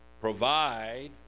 provide